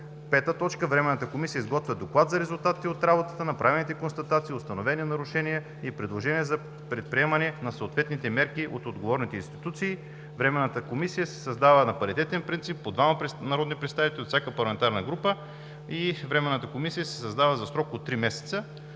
проекти. 5. Временната комисия изготвя доклад за резултатите от работата, направените констатации, установени нарушения и предложения за предприемане на съответните мерки от отговорните институции. 6. Временната комисията се създава на паритетен принцип – по двама народни представители от всяка парламентарна група. 7. Временната комисия се създава за срок от три месеца.“